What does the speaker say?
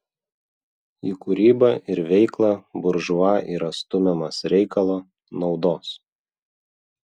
į kūrybą ir veiklą buržua yra stumiamas reikalo naudos